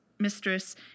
Mistress